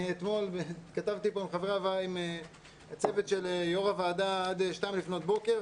אני אתמול התכתבתי פה עם הצוות של יו"ר הוועדה עד שתיים לפנות בוקר,